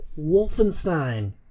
wolfenstein